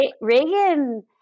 Reagan